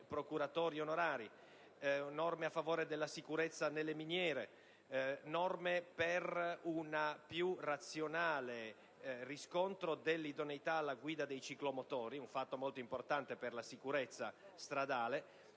procuratori onorari; norme a favore della sicurezza nelle miniere; norme per un più razionale riscontro dell'idoneità alla guida dei ciclomotori (un fatto molto importante per la sicurezza stradale);